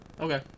Okay